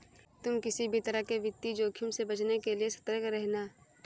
तुम किसी भी तरह के वित्तीय जोखिम से बचने के लिए सतर्क रहना